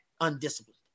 undisciplined